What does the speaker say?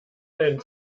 deinen